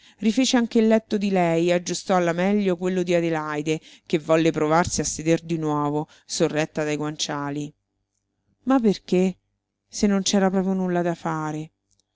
poltrona rifece anche il letto di lei e aggiustò alla meglio quello di adelaide che volle provarsi a seder di nuovo sorretta dai guanciali ma perché se non c'era proprio nulla da fare